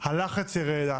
הלחץ יירד,